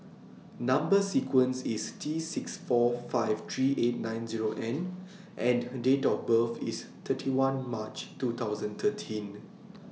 Number sequence IS T six four five three eight nine Zero N and Date of birth IS thirty one March two thousand thirteen